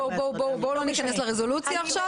בואו לא ניכנס לרזולוציה עכשיו.